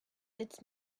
its